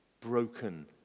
broken